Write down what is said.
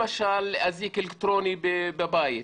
למשל אזיק אלקטרוני בבית.